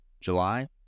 July